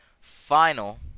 final